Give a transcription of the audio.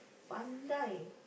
Bandai